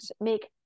make